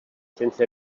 sense